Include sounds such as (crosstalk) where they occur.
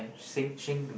(breath)